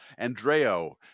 Andreo